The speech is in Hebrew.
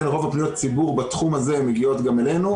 רוב פניות הציבור בתחום הזה מגיעות גם אלינו.